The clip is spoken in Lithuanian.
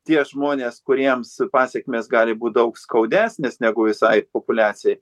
tie žmonės kuriems pasekmės gali būt daug skaudesnės negu visai populiacijai